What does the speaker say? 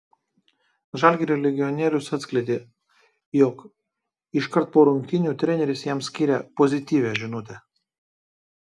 žalgirio legionierius atskleidė jog iškart po rungtynių treneris jam skyrė pozityvią žinutę